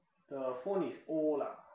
the phone is old lah